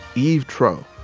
eve troeh,